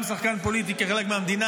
גם שחקן פוליטי כחלק מהמדינה,